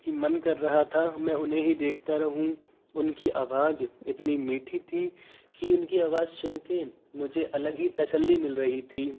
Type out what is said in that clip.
कि मन कर रहा था मैं उन्हें ही देखता रहूँ उनकी आवाज इतनी मीठी थी कि उनकी आवाज सुन के मुझे अलग ही तसल्ली मिल रही थी